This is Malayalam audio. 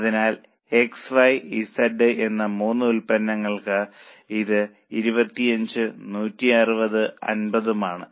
അതിനാൽ X Y Z എന്ന 3 ഉൽപ്പന്നങ്ങൾക്ക് ഇത് 25 ഉം 160 ഉം 50 ഉം ആണ്